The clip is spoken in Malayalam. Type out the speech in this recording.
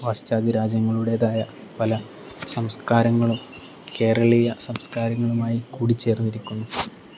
പാശ്ചാത്യ രാജ്യങ്ങളടേതായ പല സംസ്കാരങ്ങളും കേരളീയ സംസ്കാരങ്ങളുമായി കൂടിച്ചേർന്നിരിക്കുന്നു